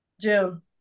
June